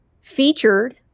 featured